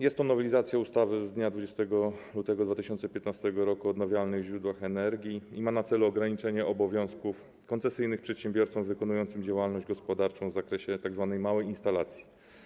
Jest to nowelizacja ustawy z dnia 20 lutego 2015 r. o odnawialnych źródłach energii, która ma na celu ograniczenie obowiązków koncesyjnych przedsiębiorców wykonujących działalność gospodarczą w zakresie tzw. małej instalacji.